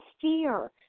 fear